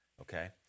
Okay